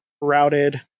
routed